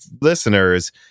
listeners